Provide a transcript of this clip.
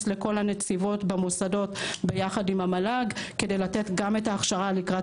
לכל הנציבות במוסדות יחד עם המל"ג כדי לתת גם את ההכשרה לקראת